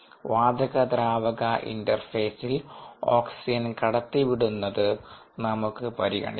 വാതക ദ്രാവക ഇന്റർഫെയിസിൽ ഓക്സിജൻ കടത്തിവിടുന്നത് നമുക്ക് പരിഗണിക്കാം